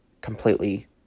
completely